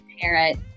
parent